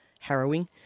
harrowing